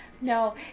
no